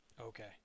okay